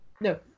No